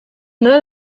nola